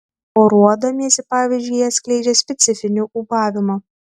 poruodamiesi pavyzdžiui jie skleidžia specifinį ūbavimą